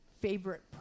favorite